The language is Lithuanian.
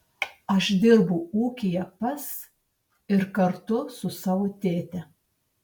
aš dirbu ūkyje pas ir kartu su savo tėte